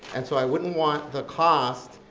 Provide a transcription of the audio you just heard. and so i wouldn't want the cost,